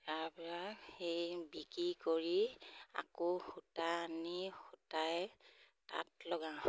তাৰ পৰা সেই বিকি কৰি আকৌ সূতা আনি সূতাই তাঁত লগাওঁ